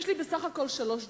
יש לי בסך הכול שלוש דקות,